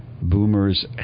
boomers